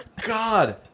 God